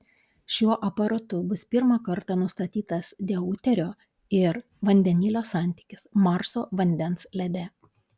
šiuo aparatu bus pirmą kartą nustatytas deuterio ir vandenilio santykis marso vandens lede